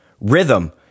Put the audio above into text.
rhythm